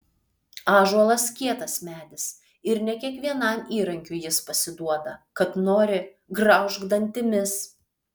ąžuolas kietas medis ir ne kiekvienam įrankiui jis pasiduoda kad nori graužk dantimis